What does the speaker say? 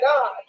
God